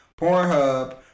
Pornhub